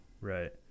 right